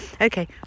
Okay